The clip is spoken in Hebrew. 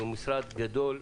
זה משרד גדול,